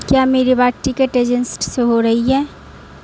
کیا میری بات ٹکٹ ایجنٹس سے ہو رہی ہے